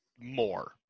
more